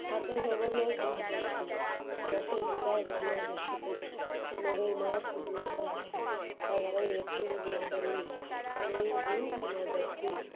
সাতই নভেম্বর দু হাজার ষোলো দশই জুলাই দু হাজার সতেরো পনেরোই মার্চ দু হাজার আঠেরো এগারোই এপ্রিল দু হাজার উনিশ কুড়ি জুন দু হাজার কুড়ি